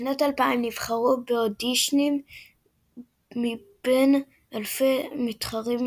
בשנת 2000 נבחרו באודישנים מבין אלפי מתחרים,